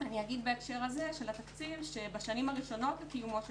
אגיד בהקשר של התקציב שבשנים הראשונות לקיומו של